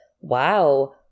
Wow